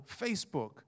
Facebook